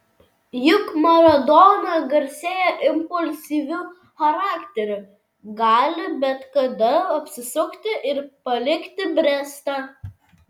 juk maradona garsėja impulsyviu charakteriu gali bet kada apsisukti ir palikti brestą